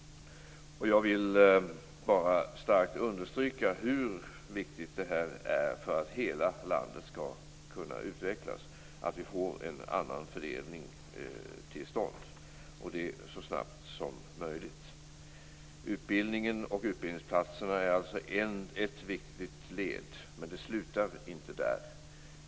Jag vill bara starkt understryka hur viktigt det är för att hela landet skall kunna utvecklas att vi får en annan fördelning till stånd, och det så snabbt som möjligt. Utbildningen och utbildningsplatserna är alltså ett viktigt led, men det slutar inte där.